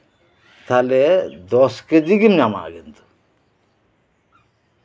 ᱛᱟᱦᱚᱞᱮ ᱫᱚᱥ ᱠᱮᱡᱤ ᱜᱮᱢ ᱧᱟᱢᱟ ᱠᱤᱱᱛᱩ